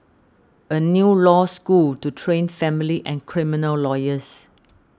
a new law school to train family and criminal lawyers